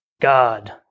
God